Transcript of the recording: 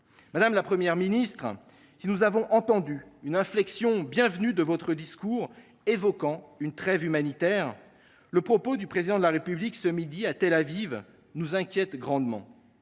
Madame la Première ministre, si nous avons entendu une inflexion bienvenue dans votre discours, où vous parlez d’une « trêve humanitaire », le propos qu’a tenu le Président de la République ce midi à Tel Aviv nous inquiète grandement.